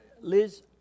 Liz